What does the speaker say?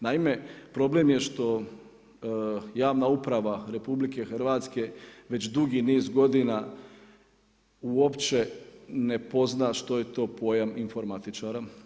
Naime, problem je što javna uprava RH, već dugi niz godina, uopće ne pozna što je to pojam informatičara.